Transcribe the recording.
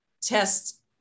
test